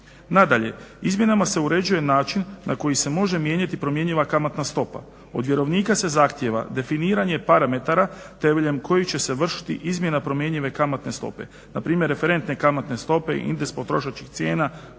Nadalje, izmjenama se uređuje način na koji se može mijenjati promjenjiva kamatna stopa. Od vjerovnika se zahtjeva definiranje parametara temeljem kojih će se vršiti izmjena promjenjive kamatne stope, npr. referentne kamatne stope, indeks potrošačkih cijena,